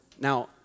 Now